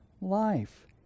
life